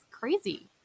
crazy